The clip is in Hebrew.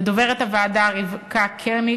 לדוברת הוועדה רבקה קנריק,